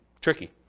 tricky